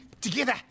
together